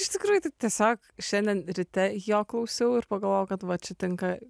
iš tikrųjų tai tiesiog šiandien ryte jo klausiau ir pagalvojau kad va čia tinka